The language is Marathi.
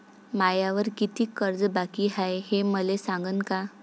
मायावर कितीक कर्ज बाकी हाय, हे मले सांगान का?